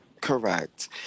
correct